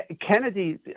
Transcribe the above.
Kennedy